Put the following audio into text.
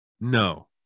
No